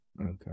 Okay